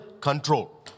control